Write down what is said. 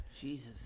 Jesus